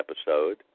episode